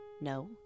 No